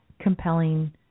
compelling